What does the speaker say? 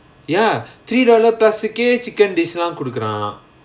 ya three dollar plus கே:kae chicken dish lah குடுக்குறாங்களா:kudukuraangalaa